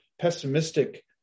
pessimistic